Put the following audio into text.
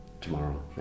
Tomorrow